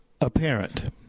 apparent